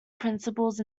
principles